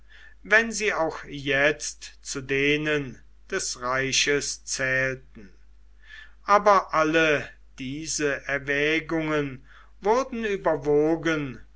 wenn sie auch jetzt zu denen des reiches zählten aber alle diese erwägungen wurden überwogen